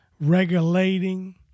regulating